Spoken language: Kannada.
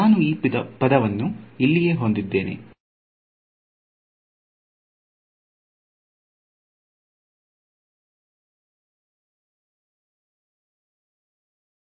ನಾನು ಈ ಪದವನ್ನು ಇಲ್ಲಿಯೇ ಹೊಂದಿದ್ದೇನೆ g 1 ಅದು ಮೊದಲ ಪದವಾಗಿದೆ ಮತ್ತು ನಂತರ ನಾನು ಈ ಪದಗಳನ್ನು ಹೊಂದಿದ್ದೇವೆ